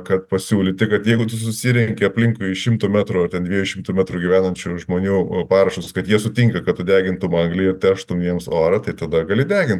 kad pasiūlyti kad jeigu tu susirenki aplinkui šimto metrų ten dviejų šimtų metrų gyvenančių žmonių parašus kad jie sutinka kad tu degintum anglį ir terštum jiems orą tai tada gali degint